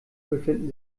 befinden